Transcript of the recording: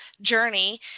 journey